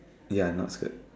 ya not skirt